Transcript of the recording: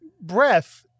breath